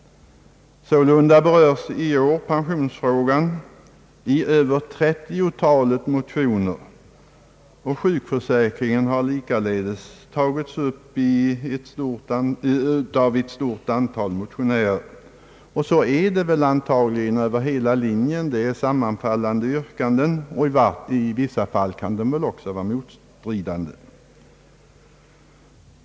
Sålunda berörs i år pensionsfrågan i över 30 talet motioner, och frågan om sjukförsäkringen har likaledes tagits upp av ett stort antal motionärer. På samma sätt förhåller det sig väl över hela linjen — det gäller här sammanfallande yrkanden, och i vissa fall kan det väl också gälla motstridande yrkanden.